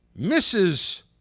Mrs